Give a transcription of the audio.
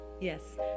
Yes